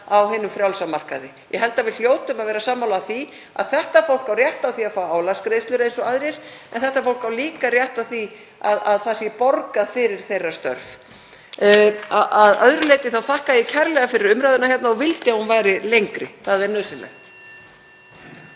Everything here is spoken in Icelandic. á hinum frjálsa markaði. Ég held að við hljótum að vera sammála því að þetta fólk á rétt á því að fá álagsgreiðslur eins og aðrir. En þetta fólk á líka rétt á því að það sé borgað fyrir störf þeirra. Að öðru leyti þakka ég kærlega fyrir umræðuna hérna og vildi að hún væri lengri. Það er nauðsynlegt.